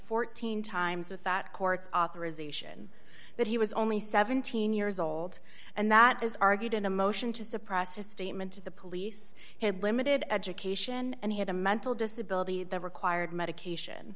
fourteen times with that court's authorization that he was only seventeen years old and that is argued in a motion to suppress to statement to the police had limited education and he had a mental disability that required medication